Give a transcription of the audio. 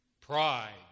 Pride